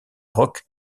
rock